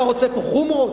אתה רוצה פה חומרות,